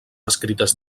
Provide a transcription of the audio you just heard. escrites